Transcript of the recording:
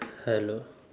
hello